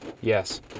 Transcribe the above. yes